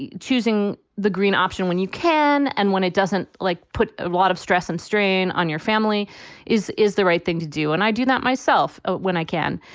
choosing the green option when you can. and when it doesn't like put a lot of stress and strain on your family is is the right thing to do. and i do not myself when i can.